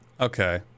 Okay